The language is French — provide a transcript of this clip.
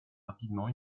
rapidement